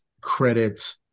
credit